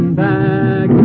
back